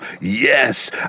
Yes